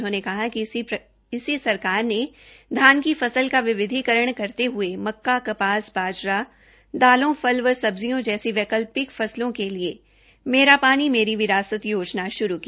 उन्होंने कहा कि इसी सरकार ने धान की फसल का विविधिकरण करते हये मक्का कपास बाजरा दालों फल व सब्जियों जैसी वैकल्पिक फसलों के लिए मेरा पानी मेरी विरासत योजना श्रू की